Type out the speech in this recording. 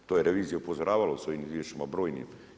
To je revizija upozoravala u svojim izvješćima brojnim.